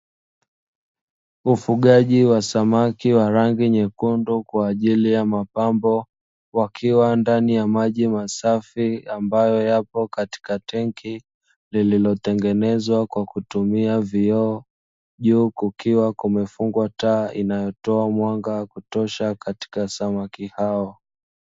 Mfugaji wa samaki wa rangi nyekundu kwa ajili ya mapambo wakiwa ndani ya maji masafi, ambayo yapo katika tangi liliotengenezwa kwa kutumia vioo, juu kukiwa kumefungwa taa inayotoa mwanga wa kutosha katika samaki hao.